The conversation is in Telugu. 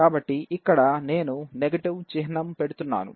కాబట్టి ఇక్కడ నేను నెగటివ్ చిహ్నం పెడుతున్నాను